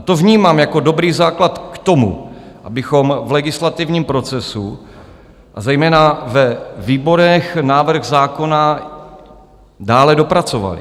To vnímám jako dobrý základ k tomu, abychom v legislativním procesu, zejména ve výborech, návrh zákona dále dopracovali.